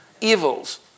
Evils